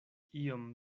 iom